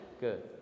good